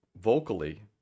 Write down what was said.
vocally